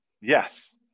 Yes